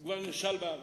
הוא כבר נכשל בעבר.